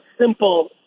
simple